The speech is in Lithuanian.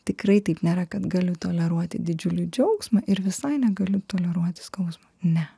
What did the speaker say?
tikrai taip nėra kad galiu toleruoti didžiulį džiaugsmą ir visai negaliu toleruoti skausmo ne